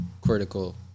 critical